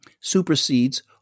supersedes